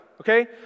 okay